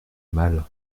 mal